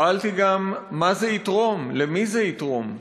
שאלתי גם מה זה יתרום, למי זה יתרום.